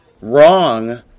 Wrong